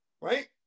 Right